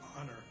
honor